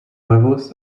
levels